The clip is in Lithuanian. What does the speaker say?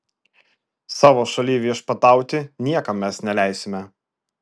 savo šalyj viešpatauti niekam mes neleisime